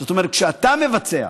זאת אמרת, כשאתה מבצע,